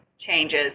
changes